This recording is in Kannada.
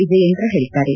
ವಿಜಯೇಂದ್ರ ಹೇಳಿದ್ದಾರೆ